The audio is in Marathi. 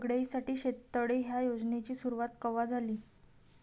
सगळ्याइसाठी शेततळे ह्या योजनेची सुरुवात कवा झाली?